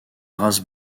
race